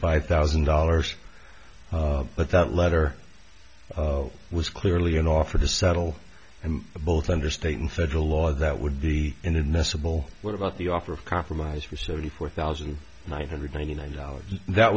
five thousand dollars but that letter was clearly an offer to settle both under state and federal law that would be in the civil war about the offer of compromise for seventy four thousand nine hundred ninety nine dollars that